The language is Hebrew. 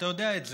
אתה יודע את זה.